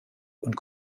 und